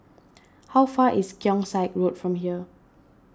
how far is Keong Saik Road from here